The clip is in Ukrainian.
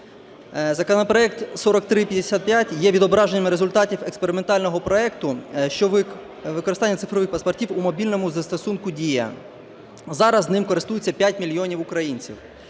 Законопроект 4355 є відображенням результатів експериментального проекту використання цифрових паспортів у мобільному застосунку "Дія". Зараз ним користується 5 мільйонів українців.